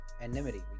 anonymity